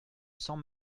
sans